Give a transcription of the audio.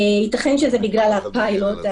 ייתכן שזה בגלל הפיילוט,